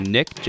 Nick